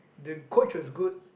the coach was good